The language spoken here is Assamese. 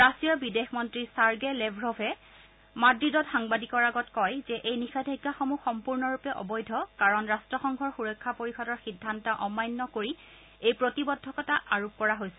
ৰাছিয়াৰ বিদেশ মন্ত্ৰী ছাৰ্গে লেভ্ৰভে মাদ্ৰিদত সাংবাদিকৰ আগত কয় যে এই নিষেধাজ্ঞাসমূহ সম্পূৰ্ণৰূপে অবৈধ কাৰণ ৰাট্টসংঘৰ সুৰক্ষা পৰিষদৰ সিদ্ধান্ত অমান্য কৰি এই প্ৰতিবদ্ধকতা আৰোপ কৰা হৈছে